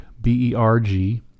b-e-r-g